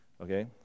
okay